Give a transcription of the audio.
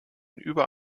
über